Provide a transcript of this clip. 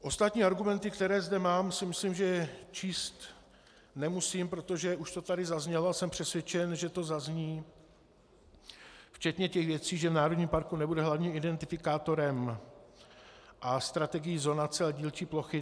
Ostatní argumenty, které zde mám, si myslím, že číst nemusím, protože už to tady zaznělo a jsem přesvědčen, že to zazní, včetně těch věcí, že v národním parku nebude hlavním identifikátorem a strategií zonace a dílčí plochy.